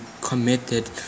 committed